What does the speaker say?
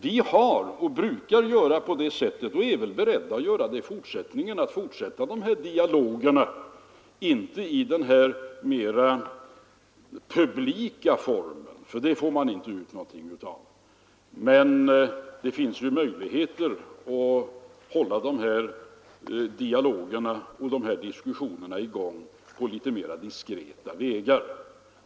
Vi är beredda att fortsätta med de här dialogerna, inte i den mera publika formen, för det får man inte ut någonting av, men det finns ju möjligheter att föra diskussionerna på litet mera diskreta vägar.